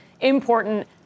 important